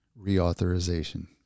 reauthorization